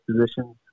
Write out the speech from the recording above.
positions